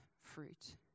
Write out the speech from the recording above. fruit